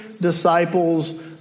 disciples